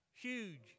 Huge